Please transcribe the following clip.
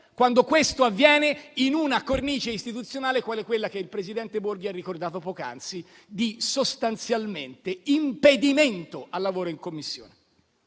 quando questo avviene in una cornice istituzionale quale quella che il presidente Enrico Borghi ha ricordato poc'anzi, ossia di sostanziale impedimento al lavoro in Commissione.